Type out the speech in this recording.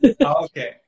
Okay